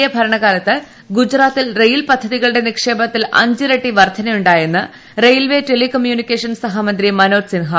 A ഭരണകാലത്ത് ഗുജറാത്തിൽ rail പദ്ധതികളുടെ നിക്ഷേപത്തിൽ അഞ്ചിരട്ടി വർദ്ധന ഉണ്ടായെന്ന് റെയിൽവേ ടെലി കമ്മ്യൂണിക്കേഷൻ സഹമന്ത്രി മനോജ് സിൻഹ